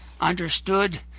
understood